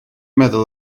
meddwl